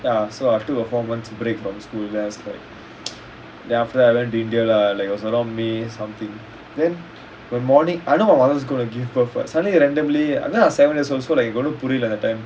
ya so after performance break from school there's like then after that I when to india lah like around may something then the morning I know my mother was going to give birth but suddenly randomly you know I was seven years old so like you got no புரியல:puriala at that time